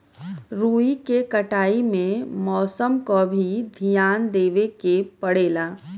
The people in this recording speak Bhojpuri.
रुई के कटाई में मौसम क भी धियान देवे के पड़ेला